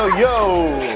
ah you